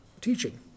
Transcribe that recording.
teaching